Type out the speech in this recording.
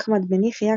אחמד בן יחיא,